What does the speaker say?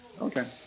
Okay